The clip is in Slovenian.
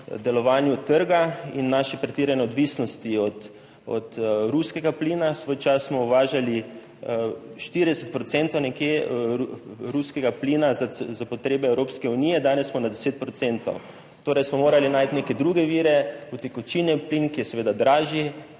delovanju trga in naši pretirani odvisnosti od ruskega plina. Svoj čas smo uvažali nekje 40 procentov ruskega plina za potrebe Evropske unije, danes smo na 10 procentov, torej smo morali najti neke druge vire, utekočinjen plin, ki je seveda dražji